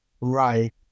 Right